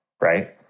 right